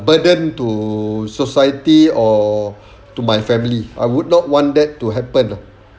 burden to society or to my family I would not want that to happen lah